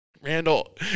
Randall